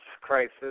crisis